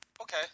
Okay